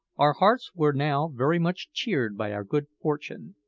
our hearts were now very much cheered by our good fortune,